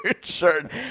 shirt